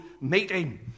meeting